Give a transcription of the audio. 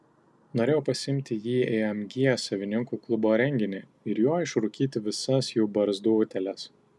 norėjau pasiimti jį į mg savininkų klubo renginį ir juo išrūkyti visas jų barzdų utėles